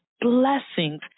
blessings